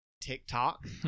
TikTok